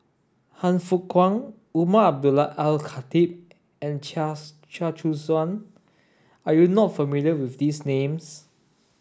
Han Fook Kwang Umar Abdullah Al Khatib and Chia's Chia Choo Suan are you not familiar with these names